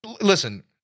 listen